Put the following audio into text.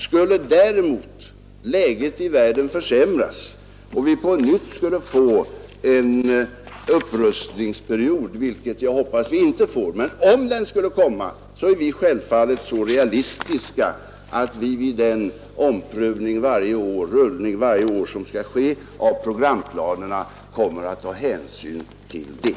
Skulle däremot läget i världen försämras med en ny upprustningperiod som följd, vilket jag hoppas inte skall bli fallet, är vi självfallet så realistiska att vi vid den omprövning — rullning av programplanerna — som skall ske varje år kommer att ta hänsyn till det.